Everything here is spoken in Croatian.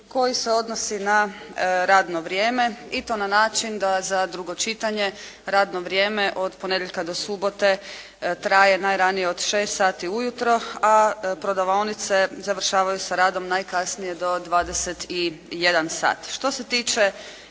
koji se odnosi na radno vrijeme i to na način da za drugo čitanje radno vrijeme od ponedjeljka do subote traje najranije od 6 sati u jutro, a prodavaonice završavaju sa radom najkasnije do 21 sat.